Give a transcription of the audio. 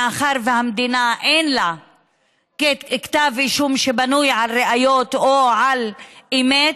מאחר שלמדינה אין כתב אישום שבנוי על ראיות או על אמת,